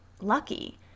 lucky